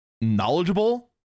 knowledgeable